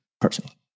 personally